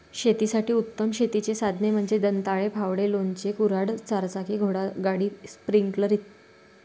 शेतासाठी उत्तम शेतीची साधने म्हणजे दंताळे, फावडे, लोणचे, कुऱ्हाड, चारचाकी घोडागाडी, स्प्रिंकलर इ